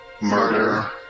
murder